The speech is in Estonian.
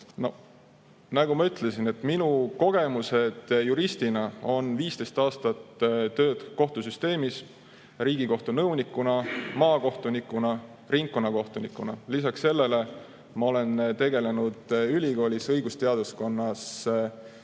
Nagu ma ütlesin, minu kogemused juristina on 15 aastat tööd kohtusüsteemis: Riigikohtu nõunikuna, maakohtunikuna, ringkonnakohtunikuna. Lisaks sellele ma olen tegelenud ülikoolis õigusteaduskonnas